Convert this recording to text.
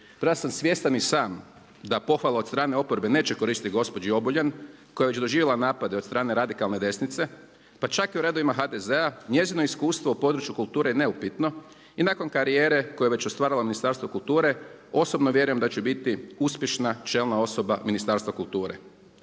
razumije./… svjestan i sam da pohvala od strane oporbe neće koristi gospođi Obuljen koja je već doživjela napade od strane radikalne desnice pa čak i u redovima HDZ-a, njezino iskustvo u području kulture je neupitno. I nakon karijere koje je već ostvarila u Ministarstvu kulture osobno vjerujem da će biti uspješna čelna osoba Ministarstva kulture.